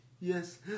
Yes